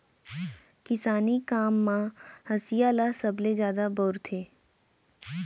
किसानी काम म हँसिया ल सबले जादा बउरथे